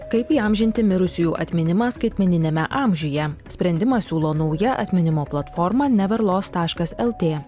kaip įamžinti mirusiųjų atminimą skaitmeniniame amžiuje sprendimą siūlo naują atminimo platforma neverlos taškas lt